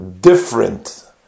different